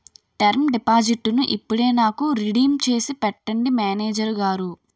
term డిపాజిట్టును ఇప్పుడే నాకు రిడీమ్ చేసి పెట్టండి మేనేజరు గారు